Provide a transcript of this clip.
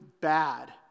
bad